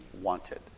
wanted